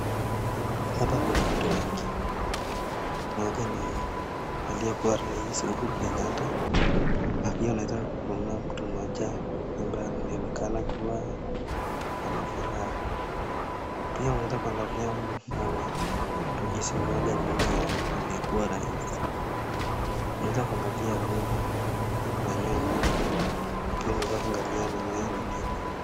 Hapa kuna watu wengi, moja ni aliyekuwa rais Uhuru Kenyata na pia unaweza kuona mtu moja ambaye anaonekana kuwa anafuraha, pia unaweza kuangalia polisi nyuma ya aliyekuwa rais, unaweza kuangalia nyuma na nyumba na pia unaweza kuangalia mimea nyingine.